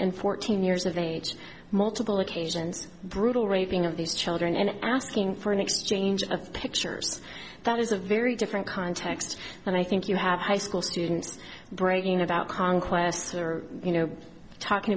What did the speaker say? and fourteen years of age multiple occasions brutal raping of these children and asking for an exchange of pictures that is a very different context and i think you have high school students breaking about conquests or you know talking